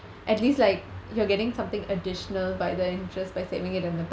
at least like you're getting something additional by the interest by saving it in the